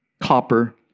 copper